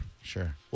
sure